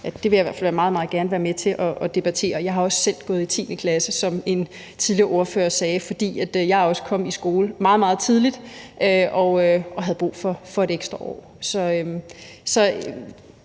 meget, meget gerne være med til at debattere. Jeg har også selv gået i 10. klasse, som en tidligere ordfører sagde, fordi jeg også kom i skole meget, meget tidligt og havde brug for et ekstra år.